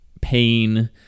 pain